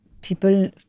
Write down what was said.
people